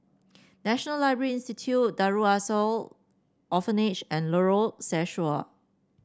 National Library Institute Darul Ihsan Orphanage and Lorong Sesuai